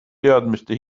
teadmiste